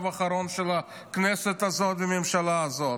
האחרון של הכנסת הזאת והממשלה הזאת.